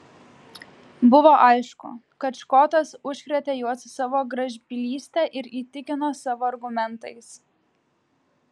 buvo aišku kad škotas užkrėtė juos savo gražbylyste ir įtikino savo argumentais